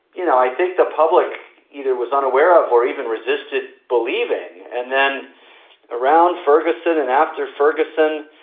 you know, i think the public either was unaware of or even resisted believing. and then around ferguson and after ferguson,